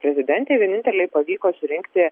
prezidentei vienintelei pavyko surinkti